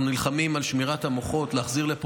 אנחנו נלחמים על שמירת המוחות, להחזיר לפה.